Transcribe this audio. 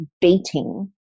beating